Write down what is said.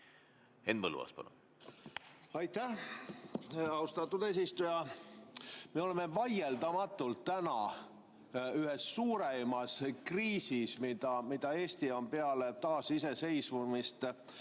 Henn Põlluaas, palun! Aitäh, austatud eesistuja! Me oleme vaieldamatult ühes suurimas kriisis, mida Eesti on peale taasiseseisvumist